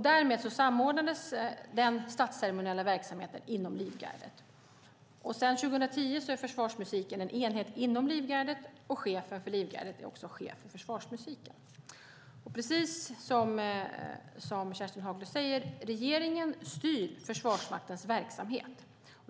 Därmed samordnades den statsceremoniella verksamheten inom Livgardet. Sedan 2010 är försvarsmusiken en enhet inom Livgardet, och chefen för Livgardet är också chef för försvarsmusiken. Precis som Kerstin Haglö säger styr regeringen Försvarsmaktens verksamhet.